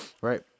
right